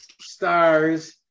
stars